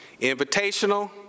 Invitational